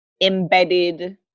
embedded